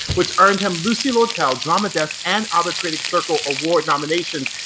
which earned him lucille lortel, drama desk and outer critics circle award nominations.